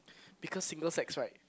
because single sex right